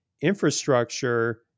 infrastructure